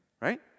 Right